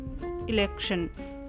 election